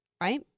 Right